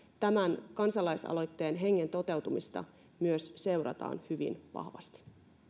tämän kansalaisaloitteen hengen toteutumista myös seurataan hyvin vahvasti